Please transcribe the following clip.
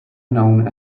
known